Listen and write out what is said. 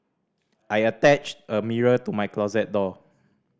I attached a mirror to my closet door